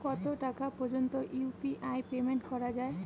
কত টাকা পর্যন্ত ইউ.পি.আই পেমেন্ট করা যায়?